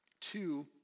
two